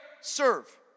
serve